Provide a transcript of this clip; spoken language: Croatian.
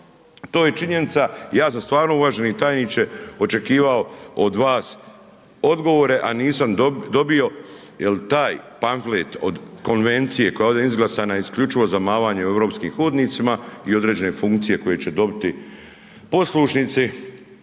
to je činjenica, ja sam stvarno uvaženi tajniče očekivao od vas odgovore, a nisam dobio jel taj pamflet od konvencije koja je ovdje izglasana je isključivo za mavanje europskim hodnicima i određene funkcije koje će dobiti poslušnici